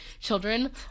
Children